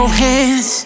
hands